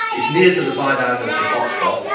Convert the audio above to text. it's near to the biodiversity hot spot,